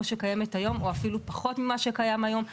שקיימת היום או אפילו פחות ממה שקיים היום.